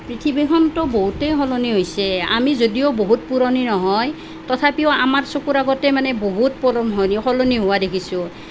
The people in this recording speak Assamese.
পৃথিৱীখনটো বহুতেই সলনি হৈছে আমি যদিও বহুত পুৰণি নহয় তথাপিও আমাৰ চকুৰ আগতে মানে বহুত পলম সলনি হোৱা দেখিছোঁ